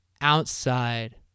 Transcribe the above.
outside